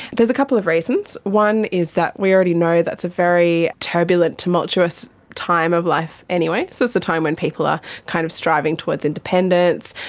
there's a couple of reasons, one is that we already know that's a very turbulent, tumultuous time of life anyway. so it's the time when people are kind of striving towards independence,